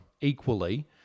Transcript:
equally